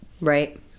right